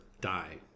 die